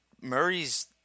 Murray's